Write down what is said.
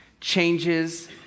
changes